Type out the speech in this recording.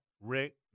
Rick